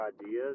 ideas